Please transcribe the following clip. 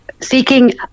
seeking